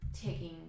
taking